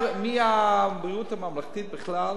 מהבריאות הממלכתית בכלל,